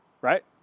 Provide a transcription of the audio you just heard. Right